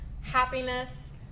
happiness